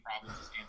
problems